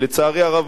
לצערי הרב,